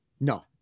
No